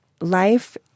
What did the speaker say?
life